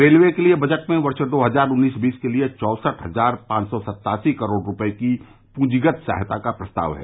railway के लिए budget में वर्ष दो हजार उन्नीस बीस के लिए चौसठ हजार पांच सौ सत्तासी करोड़ रूपये की पूंजीगत सहायता का प्रस्ताव है